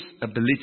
ability